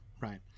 right